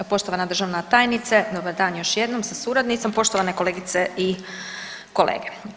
Poštovana državna tajnice dobar dan još jednom sa suradnicom, poštovane kolegice i kolege.